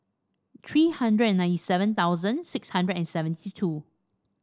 three hundred and ninety seven thousand six hundred and seventy two